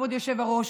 כבוד היושב-ראש,